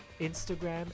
Instagram